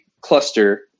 cluster